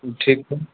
ठीक हय